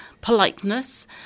politeness